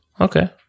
Okay